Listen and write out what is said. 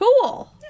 Cool